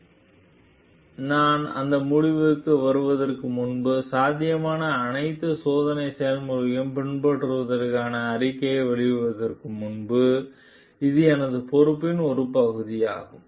எனவே நான் அந்த முடிவுக்கு வருவதற்கு முன்பு சாத்தியமான அனைத்து சோதனை செயல்முறைகளையும் பின்பற்றுவதற்கான அறிக்கையை வெளியிடுவதற்கு முன்பு இது எனது பொறுப்பின் ஒரு பகுதியாகும்